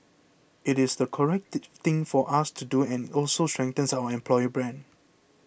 it is the correct thing for us to do and it also strengthens our employer brand